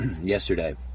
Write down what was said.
yesterday